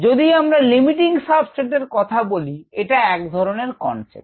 যদি আমরা লিমিটিং সাবজেক্টের কথা বলি এটা এক ধরনের কনসেপ্ট